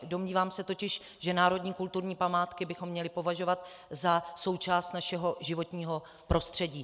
Domnívám se totiž, že národní kulturní památky bychom měli považovat za součást našeho životního prostředí.